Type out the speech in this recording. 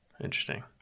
Interesting